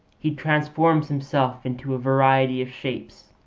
he transforms himself into a variety of shapes,